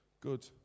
Good